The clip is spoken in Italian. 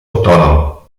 autonomo